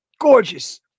Gorgeous